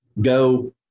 go